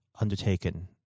undertaken